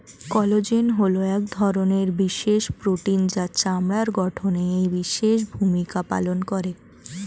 collagen হলো এক ধরনের বিশেষ প্রোটিন যা চামড়ার গঠনে বিশেষ ভূমিকা পালন করে